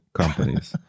companies